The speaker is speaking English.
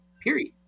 period